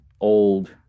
old